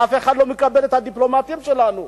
אף אחד לא מקבל את הדיפלומטים שלנו.